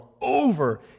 over